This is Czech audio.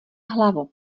hlavu